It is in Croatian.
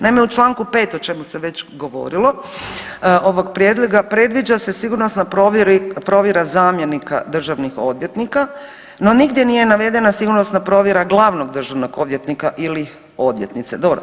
Naime, u čl. 5. o čemu se već govorilo ovog prijedloga predviđa se sigurnosna provjera zamjenika državnih odvjetnika, no nigdje nije navedena sigurnosna provjera glavnog državnog odvjetnika ili odvjetnica, dobro.